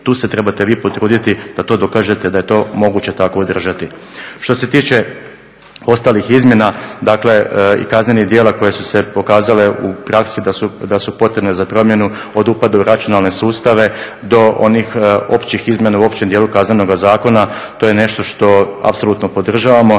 Tu se trebate vi potruditi da to dokažete da je to moguće tako održati. Što se tiče ostalih izmjena, dakle i kaznenih djela koje su se pokazale u praksi da su potrebne za promjenu od upada u računalne sustave do onih općih izmjena u općem dijelu Kaznenoga zakona. To je nešto što apsolutno podržavamo